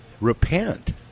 repent